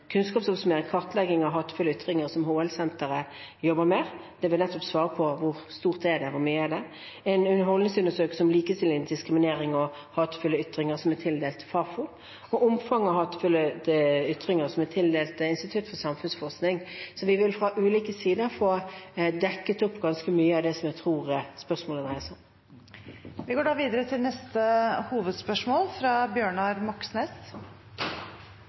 kunnskapsoppsummering og kartlegging av hatefulle ytringer, som HL-senteret jobber med, og som nettopp vil svare på hvor stort dette er, hvor mye det er, det er en holdningsundersøkelse om likestilling, diskriminering og hatefulle ytringer, som er tildelt Fafo, og det er omfanget av hatefulle ytringer, som er tildelt Institutt for samfunnsforskning. Så vi vil fra ulike sider få dekket opp ganske mye av det jeg tror spørsmålet dreier seg om. Vi går videre til neste hovedspørsmål. Jeg skal hilse fra